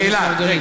חבר הכנסת מרגלית.